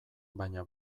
baina